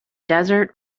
desert